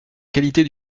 qualité